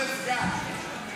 לא לסגן.